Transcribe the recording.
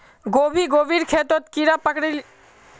गोभी गोभिर खेतोत कीड़ा पकरिले कुंडा दाबा दुआहोबे?